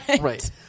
Right